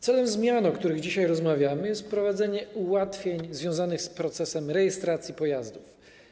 Celem zmian, o których dzisiaj rozmawiamy, jest wprowadzenie ułatwień związanych z procesem rejestracji pojazdów.